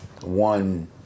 one